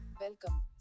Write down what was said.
welcome